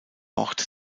ort